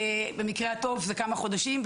במקרה הטוב זה כמה חודשים,